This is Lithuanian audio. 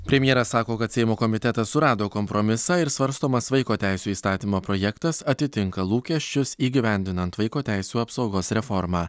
premjeras sako kad seimo komitetas surado kompromisą ir svarstomas vaiko teisių įstatymo projektas atitinka lūkesčius įgyvendinant vaiko teisių apsaugos reformą